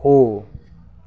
हो